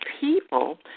people